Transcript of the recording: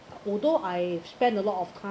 although I spend a lot of time